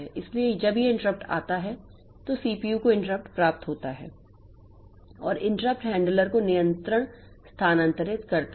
इसलिए जब ये इंटरप्ट आता है तो CPU को इंटरप्ट प्राप्त होता है और इंटरप्ट हैंडलर को नियंत्रण स्थानांतरित करता है